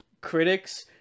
critics